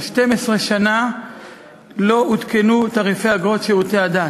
12 שנה לא עודכנו תעריפי אגרות שירותי הדת.